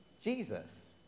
Jesus